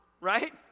right